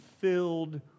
filled